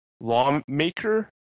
lawmaker